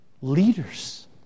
leaders